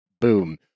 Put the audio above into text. boom